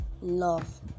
Love